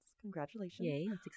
Congratulations